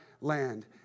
land